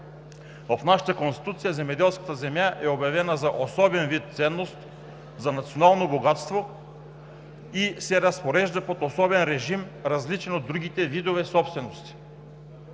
В нашата Конституция земеделската земя е обявена за особен вид ценност, за национално богатство и се разпорежда под особен режим, различен от другите видове собствености.